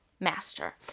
master